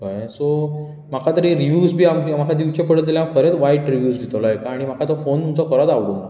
कळ्ळें सो म्हाका तरी रिव्ह्यिव दिवचे पडत जाल्यार हांव खरेंच वायट रिव्ह्यिव्स दितलो कारण म्हाका तुमचो फोन खरेंच आवडूंक ना